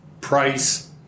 price